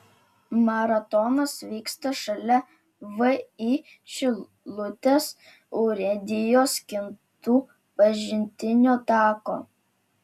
maratonas vyksta šalia vį šilutės urėdijos kintų pažintinio tako